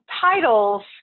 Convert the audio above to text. titles